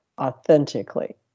authentically